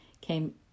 came